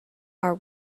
are